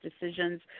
decisions